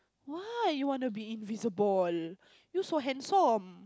why you want to be invisible you so handsome